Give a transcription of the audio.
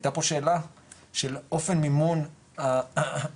היתה פה שאלה של אופן מימון המפעלים